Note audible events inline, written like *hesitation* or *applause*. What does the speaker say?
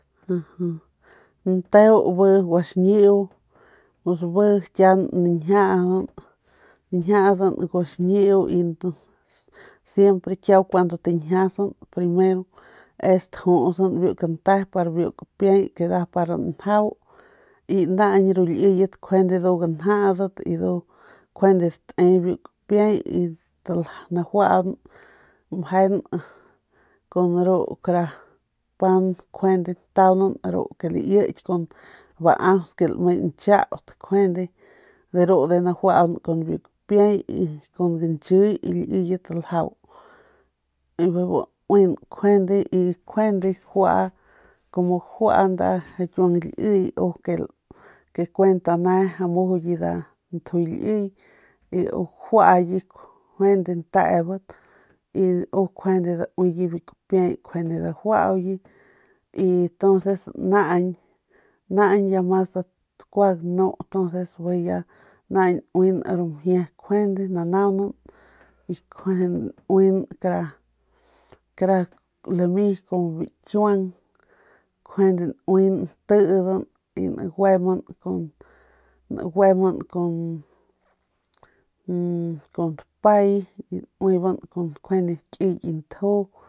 *hesitation* nteu guaxiñiu kian nañjiadan njiadan guaxñiu y siempre kiau kuando tañjias primero es tajutsan biu kante para biu kapiey que nda para njau y naañ ru liyet njuande ndu ganjadat y njuande date biu kapiey y najuaun mejen kun ru kara pan njuande ntaunan kun ru laiky kun baaun ru ke lame nchaut njuende de ru ndujuy najuaun kun biu kapiey kun gañchiy y ru liyet daljau y bebu nauin njuande juende gajua kumo gajua nda kiuang liy bu liy ke kuent ane mujuye nda njuy liy y uye gajuaye njuande ntebat y uye njuande dauiye biu kapiey njuande dajuauye y tonces naañ naañ mas kua ganu tonces bijiy ya nañ nauin ru mjie kjuende nanaunan y njuene nauin kara kara lami kumo bikiuang njuende naui natidan y nagueman kun nagueman kun *hesitation* kun dapay y nauiban njuande kun kiy ki nju